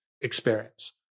experience